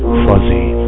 fuzzy